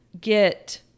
get